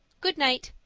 good night.